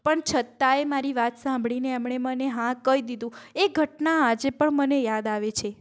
પણ છતાંય મારી વાત સાંભળીને એમણે મને હા કહી દીધું એ ઘટના આજે પણ મને યાદ આવે છે